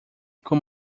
com